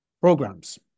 programs